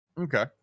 Okay